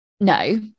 No